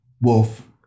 Wolf